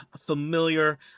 familiar